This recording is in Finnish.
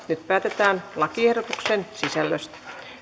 nyt päätetään lakiehdotusten sisällöstä